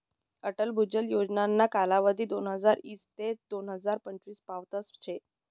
अटल भुजल योजनाना कालावधी दोनहजार ईस ते दोन हजार पंचवीस पावतच शे